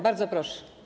Bardzo proszę.